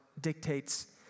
dictates